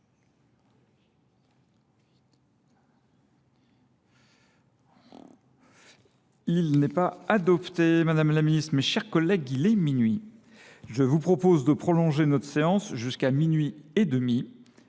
l’amendement n° 65. Madame la ministre, mes chers collègues, il est minuit. Je vous propose de prolonger notre séance jusqu’à minuit et demi.